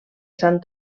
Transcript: sant